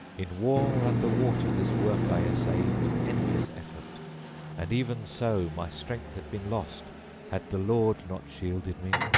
in war under water this work i essayed with endless effort and even so my strength had been lost had the lord not shielded me.